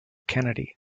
kennedy